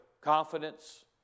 confidence